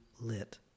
Lit